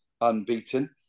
unbeaten